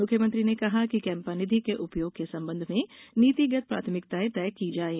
मुख्यमंत्री ने कहा कि कैम्पा निधि के उपयोग के संबंध में नीतिगत प्राथमिकताएँ तय की जाएं